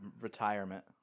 Retirement